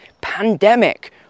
pandemic